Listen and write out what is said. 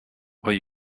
will